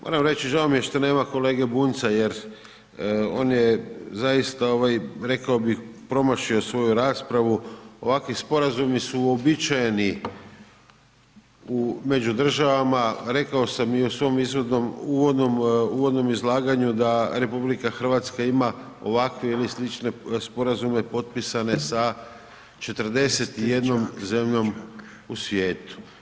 Moram reći, žao mi je što nema kolege Bunjca jer on je zaista rekao bih promašio svoju raspravu, ovakvi sporazumi su uobičajeni među državama, rekao sam i u svom uvodnom izlaganju da RH ima ovakve ili slične sporazume potpisane sa 41 zemljom u svijetu.